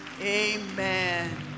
amen